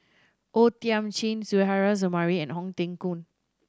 O Thiam Chin Suzairhe Sumari and Ong Teng Koon